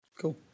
Cool